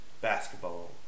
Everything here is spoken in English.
basketball